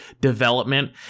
development